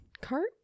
cart